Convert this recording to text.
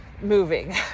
moving